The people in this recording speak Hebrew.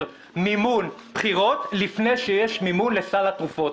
מימון בחירות לפני שיש מימון לסל התרופות.